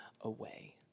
away